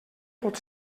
pot